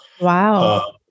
Wow